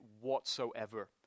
whatsoever